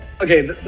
okay